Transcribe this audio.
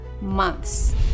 months